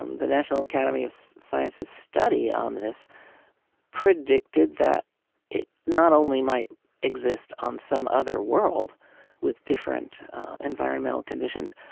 um the national academy of science's study on this predicted that it not only might exist on some other world with different environmental conditions,